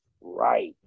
Right